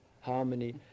harmony